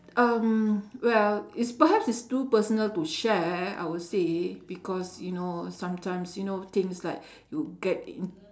um well it's perhaps it's too personal to share I would say because you know sometimes you know things like you get in